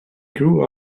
grew